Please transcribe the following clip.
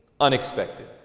unexpected